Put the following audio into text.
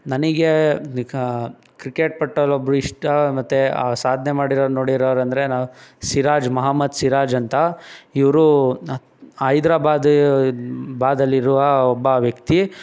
ನನಗೆ ಕ್ರಿಕೆಟ್ ಪಟುಲಿ ಒಬ್ಬರು ಇಷ್ಟ ಮತ್ತು ಆ ಸಾಧನೆ ಮಾಡಿರೋರು ನೋಡಿರೋರು ಅಂದರೆ ಸಿರಾಜ್ ಮಹಮ್ಮದ್ ಸಿರಾಜ್ ಅಂತ ಇವರು ಹೈದ್ರಾಬಾದ ಬಾದಲ್ಲಿರುವ ಒಬ್ಬ ವ್ಯಕ್ತಿ